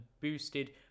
boosted